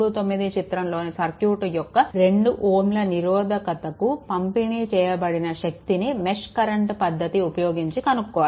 39 చిత్రంలోని సర్క్యూట్ యొక్క 2 Ω నిరోధకతకు పంపిణీ చేయబడిన శక్తిని మెష్ కరెంట్ పద్దతి ఉపయోగించి కనుక్కోవాలి